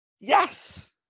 Yes